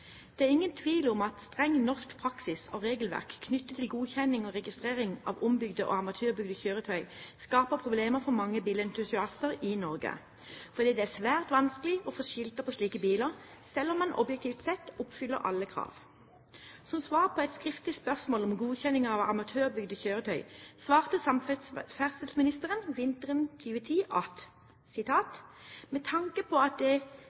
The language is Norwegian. Det er ingen tvil om at streng norsk praksis og regelverk knyttet til godkjenning og registrering av ombygde og amatørbygde kjøretøy skaper problemer for mange bilentusiaster i Norge, fordi det er svært vanskelig å få skilter på slike biler, selv om man objektivt sett oppfyller alle krav. På et skriftlig spørsmål om godkjenning av amatørbygde kjøretøy svarte samferdselsministeren vinteren 2010: «Med tanke på at